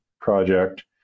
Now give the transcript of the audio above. Project